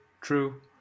True